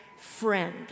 friend